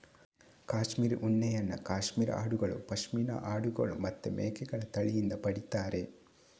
cashmere ಉಣ್ಣೆಯನ್ನ cashmere ಆಡುಗಳು, ಪಶ್ಮಿನಾ ಆಡುಗಳು ಮತ್ತೆ ಮೇಕೆಗಳ ತಳಿಯಿಂದ ಪಡೀತಾರೆ